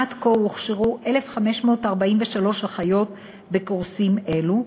עד כה הוכשרו 1,543 אחיות בקורסים אלו.